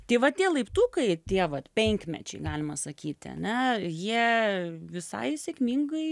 tai va tie laiptukai tie vat penkmečiai galima sakyti ane jie visai sėkmingai